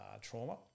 Trauma